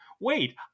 wait